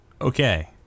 Okay